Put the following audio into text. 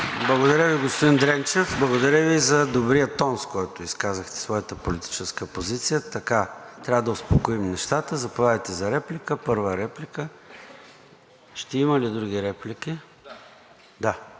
Благодаря Ви, господин Дренчев. Благодаря Ви и за добрия тон, с който изказахте своята политическа позиция. Трябва да успокоим нещата. Заповядайте за реплика – първа реплика. Ще има ли други реплики? Да,